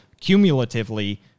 cumulatively